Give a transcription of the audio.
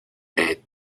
est